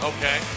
Okay